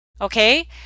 Okay